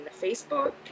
Facebook